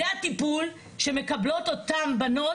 זה הטיפול שמקבלות אותן בנות,